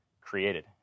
created